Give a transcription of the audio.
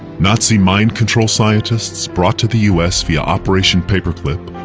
nazi mind control scientists, brought to the u s. via operation paperclip.